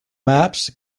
maps